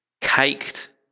caked